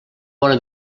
bona